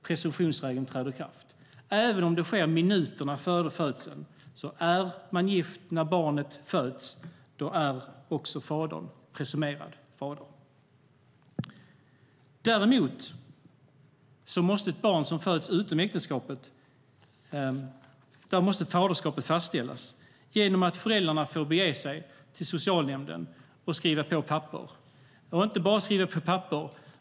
Presumtionsregeln träder i kraft ändå, även om det sker minuterna före födseln. Är man gift när barnet föds är också fadern presumerad. Om ett barn föds utom äktenskapet måste däremot faderskapet fastställas genom att föräldrarna får bege sig till socialnämnden och skriva på papper.